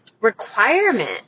requirement